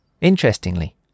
Interestingly